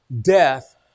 death